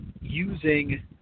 using